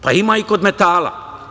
Pa ima i kod metala.